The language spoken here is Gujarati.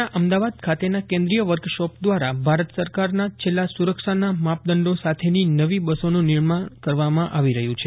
ના અમદાવાદ ખાતેના કેન્દ્રીય વર્કશોપ દ્વારા ભારત સરકારના છેલ્લાં સુરક્ષાના માપદંડો સાથેની નવી બસોનું નિર્માણ કરવામાં આવી રહ્યું છે